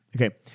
Okay